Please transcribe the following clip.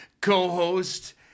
co-host